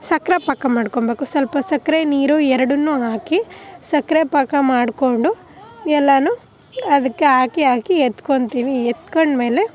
ಸಕ್ಕರೆ ಪಾಕ ಮಾಡ್ಕೊಳ್ಬೇಕು ಸ್ವಲ್ಪ ಸಕ್ಕರೆ ನೀರು ಎರಡನ್ನೂ ಹಾಕಿ ಸಕ್ಕರೆ ಪಾಕ ಮಾಡಿಕೊಂಡು ಎಲ್ಲನೂ ಅದಕ್ಕೆ ಹಾಕಿ ಹಾಕಿ ಎತ್ಕೊಳ್ತೀನಿ ಎತ್ಕೊಂಡಮೇಲೆ